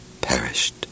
perished